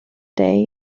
day